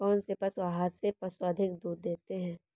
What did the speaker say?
कौनसे पशु आहार से पशु अधिक दूध देते हैं?